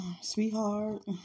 Sweetheart